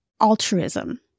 altruism